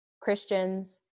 Christians